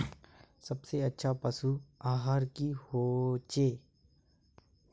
सबसे अच्छा पशु आहार की होचए?